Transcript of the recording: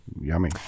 Yummy